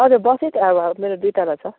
हजुर बसै मेरो दुई तला छ